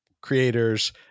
creators